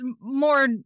more